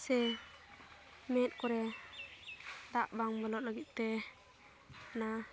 ᱥᱮ ᱢᱮᱸᱫ ᱠᱚᱨᱮ ᱫᱟᱜ ᱵᱟᱝ ᱵᱚᱞᱚᱜ ᱞᱟᱹᱜᱤᱫᱼᱛᱮ ᱚᱱᱟ